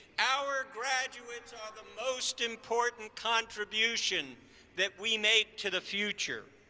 our graduates are the most important contribution that we make to the future.